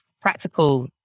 practical